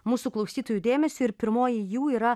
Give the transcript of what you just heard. mūsų klausytojų dėmesiui ir pirmoji jų yra